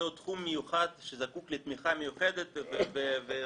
זה תחום מיוחד שזקוק לתמיכה מיוחדת וחסות,